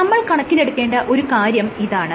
നമ്മൾ കണക്കിലെടുക്കേണ്ട ഒരു കാര്യം ഇതാണ്